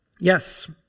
Yes